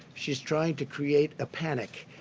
she's trying to create a panic,